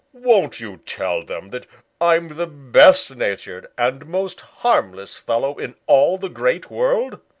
won't you tell them that i'm the best-natured and most harmless fellow in all the great world?